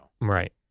Right